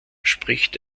spricht